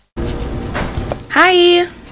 Hi